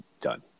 done